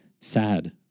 sad